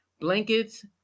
blankets